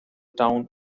town